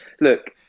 look